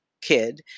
kid